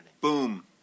Boom